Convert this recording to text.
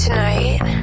Tonight